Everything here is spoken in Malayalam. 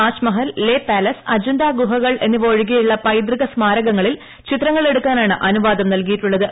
താജ്മഹൽ ലേ പാലസ് അജന്താ ഗുഹകൾ എന്നിവ ഒഴികെയുള്ള പൈതൃക സ്മാരകങ്ങളിൽ ചിത്രങ്ങൾ എടുക്കാനാണ് അനുവാദം നല്കിയിട്ടുള്ളത്